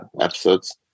episodes